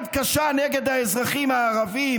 החוק הנקלה הזה והחוק הנבזי,